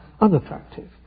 unattractive